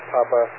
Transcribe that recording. Papa